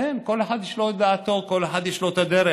אין, כל אחד יש לו את דעתו, כל אחד יש לו את הדרך.